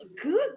good